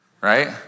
right